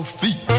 feet